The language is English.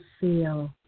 feel